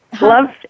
Loved